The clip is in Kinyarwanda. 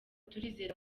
turizera